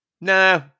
Nah